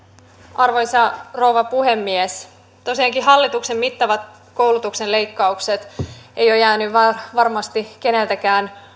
arvoisa rouva puhemies tosiaankin hallituksen mittavat koulutuksen leikkaukset eivät ole jääneet varmasti keneltäkään